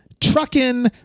Trucking